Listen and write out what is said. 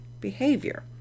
behavior